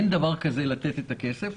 אין דבר כזה לתת את הכסף,